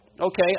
okay